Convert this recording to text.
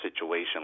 situation